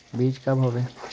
बीज कब होबे?